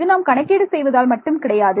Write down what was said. இது நாம் கணக்கீடு செய்வதால் மட்டும் கிடையாது